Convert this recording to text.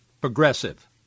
progressive